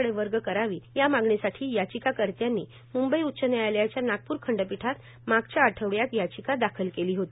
कडे वर्ग करावी या मागणीसाठी याचिकाकर्त्यांनी मंबई उच्च न्यायालयाच्या नागप्र खंडपिठात मागच्या आठवड्यात याचिका दाखल केली होती